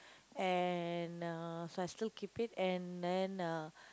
and uh so I still keep it and then uh